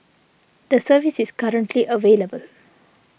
the service is currently available